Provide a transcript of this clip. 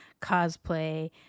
cosplay